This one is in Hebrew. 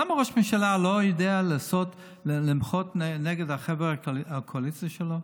למה ראש הממשלה לא יודע למחות נגד החבר'ה בקואליציה שלו?